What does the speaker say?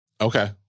Okay